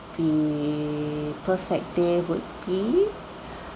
be perfect day would be